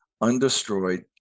undestroyed